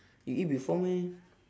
you eat before meh